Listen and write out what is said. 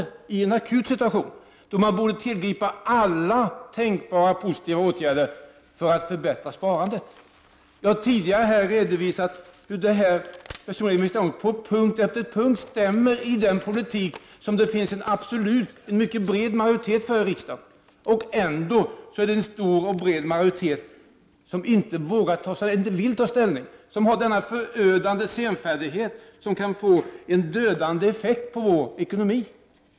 Vi är i en akut situation, då man borde tillgripa alla tänkbara positiva åtgärder för att förbättra sparandet. Jag har tidigare här redovisat hur personliga investeringsfonder på punkt efter punkt stämmer med den politik som det finns en mycket bred majoritet för i riksdagen. Ändå är det en stor och bred majoritet som inte vill ta ställning, som visar upp denna förödande senfärdighet som kan få dödlig effekt på vår ekonomi.